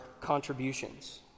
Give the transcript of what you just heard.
contributions